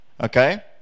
Okay